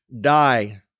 die